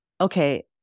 okay